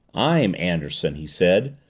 i'm anderson, he said.